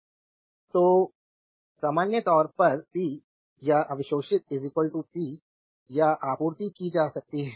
slide time देखें 1452 तो सामान्य तौर पर p या अवशोषित p या आपूर्ति की जा सकती है